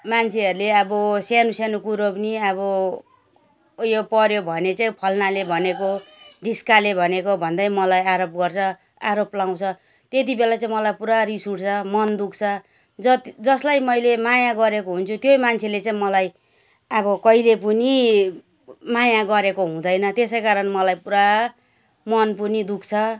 मान्छेहरूले अब सान्सानो कुरो पनि अब उयो पर्यो भने चाहिँ फल्नाले भनेको ढिस्काले भनेको भन्दै मलाई आरोप गर्छ आरोप लगाउँछ त्यति बेला चाहिँ मलाई पुरा रिस उठ्छ मन दुःख्छ जस जसलाई मैले माया गरेको हुन्छु त्यो मान्छेले चाहिँ मलाई अब कहिले पनि माया गरेको हुँदैन त्यसै कारण मलाई पुरा मन पनि दुःख्छ